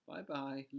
Bye-bye